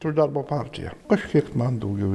tai darbo partija kažkiek man daugiau